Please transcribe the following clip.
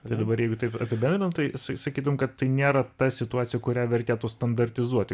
tad dabar jeigu taip apibendrinant tai sakytum kad tai nėra ta situacija kurią vertėtų standartizuoti